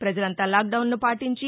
ప్రజలంతా లాక్ డౌన్ను పాటించి